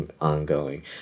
ongoing